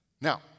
Now